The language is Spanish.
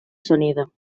sonido